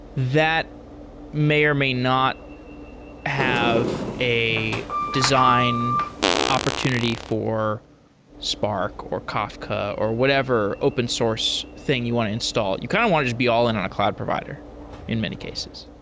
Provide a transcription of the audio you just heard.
that may or may not have a design opportunity for spark, or kafka, or whatever open source thing you want to install. you kind of want it just be all-in on a cloud provider in many cases